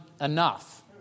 enough